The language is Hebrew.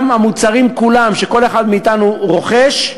גם המוצרים כולם, שכל אחד מאתנו רוכש,